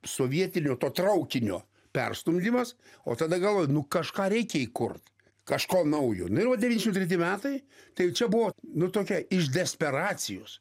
sovietinio to traukinio perstumdymas o tada galvoju nu kažką reikia įkurt kažko naujo nu ir va devyniasdešim treti metai tai jau čia buvo nu tokia iš desperacijos